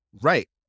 Right